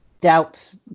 doubts